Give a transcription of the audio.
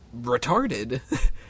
retarded